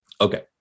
Okay